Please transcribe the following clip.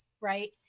right